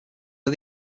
are